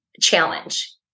challenge